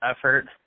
effort